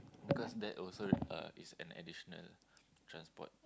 because that also uh is an additional transport